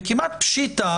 וכמעט פשיטא,